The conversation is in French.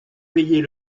payez